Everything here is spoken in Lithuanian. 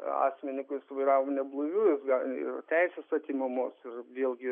asmenį kuris vairavo neblaiviu gal ir teisės atimamos ir vėlgi